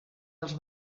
els